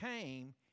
came